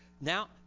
Now